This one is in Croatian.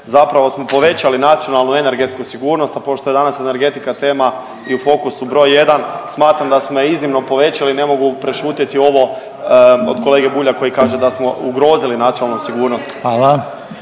zapravo smo povećali nacionalnu energetsku sigurnost, a pošto je danas energetika tema i u fokusu br. 1, smatram da smo je iznimno povećali, ne mogu prešutjeti ovo od kolege Bulja koji kaže da smo ugrozili nacionalnu sigurnost.